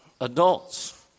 adults